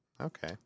Okay